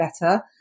better